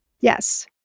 yes